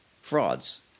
frauds